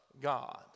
God